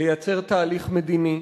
לייצר תהליך מדיני,